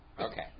Okay